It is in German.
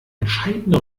entscheidende